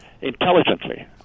intelligently